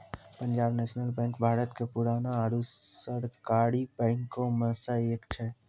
Punjab national bank Bharat के पुराना आरु सरकारी बैंको मे से एक छै